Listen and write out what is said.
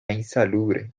insalubre